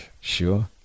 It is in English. Sure